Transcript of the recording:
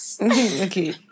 Okay